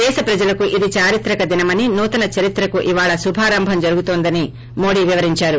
దేశప్రజిలకు ఇది చారిత్రక దినమని నూతన చరిత్రకు ఇవాళ శుభారంభం జరుగుతోందని మోడీ వివరించారు